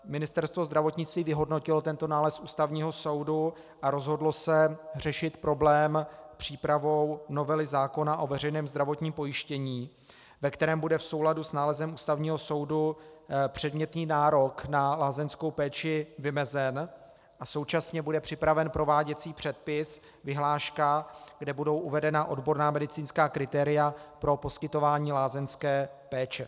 Ministerstvo zdravotnictví vyhodnotilo tento nález Ústavního soudu a rozhodlo se řešit problém přípravou novely zákona o veřejném zdravotním pojištění, ve kterém bude v souladu s nálezem Ústavního soudu předmětný nárok na lázeňskou péči vymezen, a současně bude připraven prováděcí předpis, vyhláška, kde budou uvedena odborná medicínská kritéria pro poskytování lázeňské péče.